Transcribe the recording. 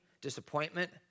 disappointment